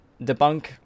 debunk